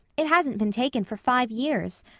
it hasn't been taken for five years!